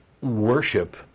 worship